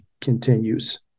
continues